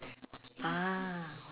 ah